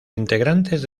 integrantes